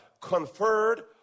conferred